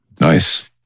Nice